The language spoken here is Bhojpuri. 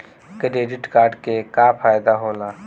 क्रेडिट कार्ड के का फायदा होला?